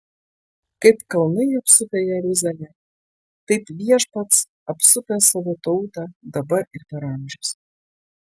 kaip kalnai apsupę jeruzalę taip viešpats apsupęs savo tautą dabar ir per amžius